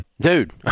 dude